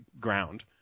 ground